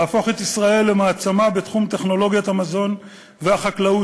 להפוך את ישראל למעצמה בתחום טכנולוגיית המזון והחקלאות,